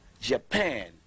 Japan